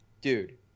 dude